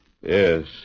Yes